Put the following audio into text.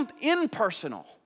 impersonal